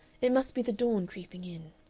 it must be the dawn creeping in.